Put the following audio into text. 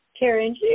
Karen